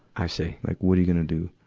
i see. like, what are you gonna do?